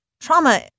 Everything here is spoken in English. trauma